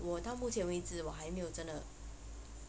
我到目前为止我还没有真的